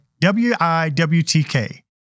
W-I-W-T-K